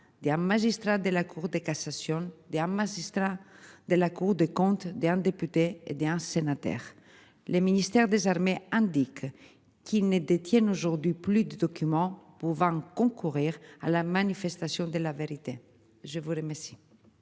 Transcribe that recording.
des magistrats de la Cour de cassation des magistrats de la Cour des comptes d'un député hein c'est Inter le ministère des Armées indique qu'ils ne détiennent aujourd'hui plus de documents pouvant concourir à la manifestation de la vérité, je vous remercie.